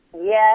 Yes